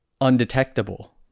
undetectable